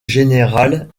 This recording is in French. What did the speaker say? générale